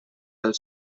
del